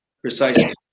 Precisely